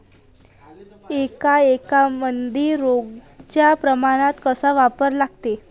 एक एकरमंदी रोगर च प्रमान कस वापरा लागते?